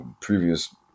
previous